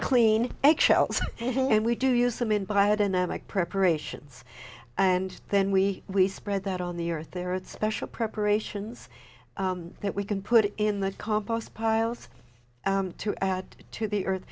clean egg shells and we do use them in biodynamic preparations and then we we spread that on the earth there are special preparations that we can put in the compost piles to add to the earth